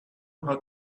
how